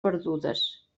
perdudes